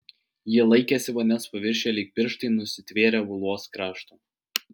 ji laikėsi vandens paviršiuje lyg pirštai nusitvėrę uolos krašto